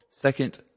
Second